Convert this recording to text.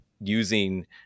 using